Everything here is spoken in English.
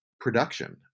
production